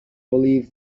believe